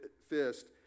fist